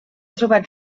trobat